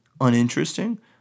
uninteresting